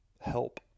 help